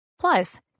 Plus